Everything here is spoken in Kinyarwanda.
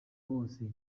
bose